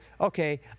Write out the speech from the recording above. okay